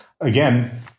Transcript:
again